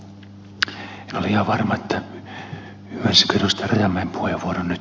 en ole ihan varma ymmärsinkö ed